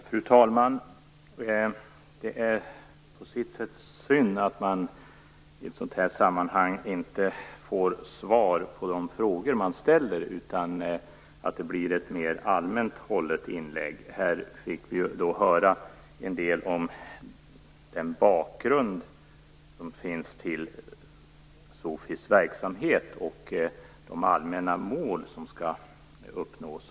Fru talman! Det är på sitt sätt synd att man i ett sådant här sammanhang inte får svar på de frågor som man ställer, utan det blir ett mer allmänt hållet inlägg. Vi fick höra en del om den bakgrund som finns till SOFI:s verksamhet och om de allmänna mål som skall uppnås.